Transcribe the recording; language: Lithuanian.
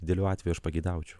idealiu atveju aš pageidaučiau